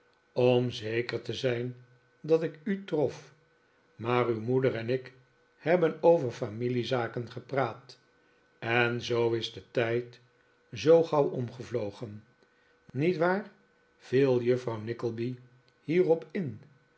om zeker te zijn dat ik u trof maar uw moeder en ik hebben over familiezaken gepraat en zoo is de tijd zoo gauw omgevlogen niet waar viel juffrouw nickleby hierop in